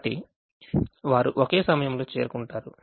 కాబట్టి వారు ఒకే సమయంలో చేరుకుంటారు